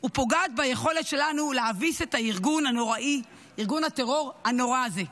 ופוגעת ביכולת שלנו להביס את ארגון הטרור הנורא הזה.